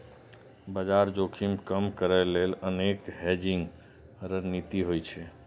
बाजार जोखिम कम करै लेल अनेक हेजिंग रणनीति होइ छै